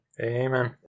Amen